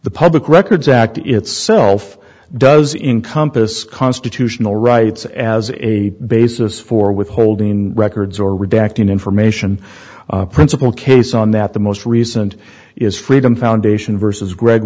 the public records act itself does in compass constitutional rights as a basis for withholding records or redacted information principle case on that the most recent is freedom foundation versus greg